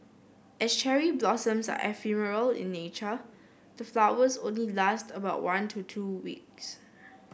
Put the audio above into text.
as cherry blossoms are ephemeral in nature the flowers only last about one to two weeks